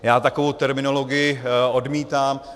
Já takovou terminologii odmítám.